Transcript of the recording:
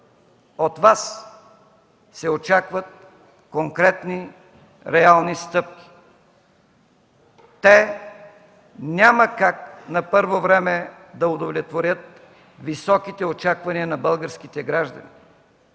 От Вас се очакват конкретни, реални стъпки. Те няма как, на първо време, да удовлетворят високите очаквания на българските граждани,